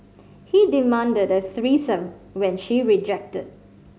he demanded a threesome when she rejected